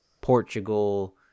Portugal